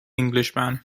englishman